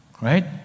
Right